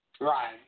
Right